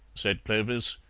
said clovis,